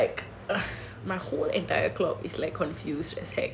so like my whole entire clock is like confused as heck